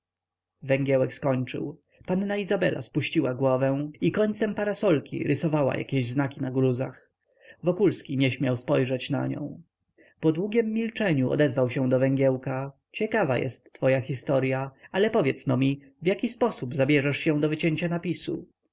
węgiełek skończył panna izabela spuściła głowę i końcem parasolki rysowała jakieś znaki na gruzach wokulski nie śmiał spojrzeć na nią po długiem milczeniu odezwał się do węgiełka ciekawa jest twoja historya ale powiedzno mi w jaki sposób zabierzesz się do wycięcia napisu